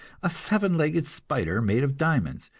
a seven-legged spider made of diamonds,